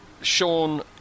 Sean